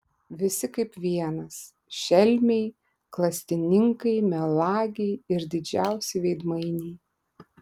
visi kaip vienas šelmiai klastininkai melagiai ir didžiausi veidmainiai